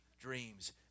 dreams